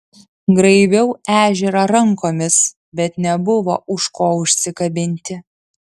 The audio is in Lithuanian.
graibiau ežerą rankomis bet nebuvo už ko užsikabinti